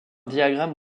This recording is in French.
diagramme